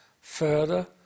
further